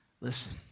listen